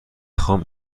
خوام